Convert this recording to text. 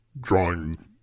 drawing